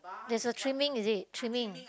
there's a trimming is it trimming